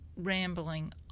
rambling